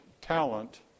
talent